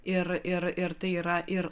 ir ir ir tai yra ir